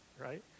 right